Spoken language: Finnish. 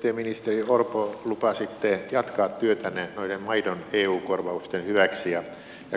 te ministeri orpo lupasitte jatkaa työtänne noiden maidon eu korvausten hyväksi ja